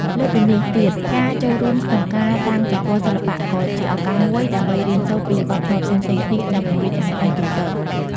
លើសពីនេះទៀត ការចូលរួមក្នុងការតាំងពិពណ៌សិល្បៈក៏ជាឱកាសមួយដើម្បីរៀនសូត្រពីវប្បធម៌ផ្សេងៗគ្នា និងពង្រីកចំណេះដឹងទូទៅ។